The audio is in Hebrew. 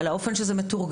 לבין האופן שבו זה מתורגם,